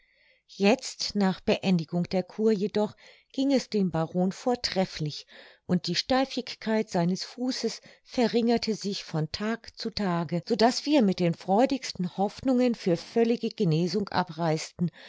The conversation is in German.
jetzt nach beendigung der kur jedoch ging es dem baron vortrefflich und die steifigkeit seines fußes verringerte sich von tag zu tage so daß wir mit den freudigsten hoffnungen für völlige genesung abreisten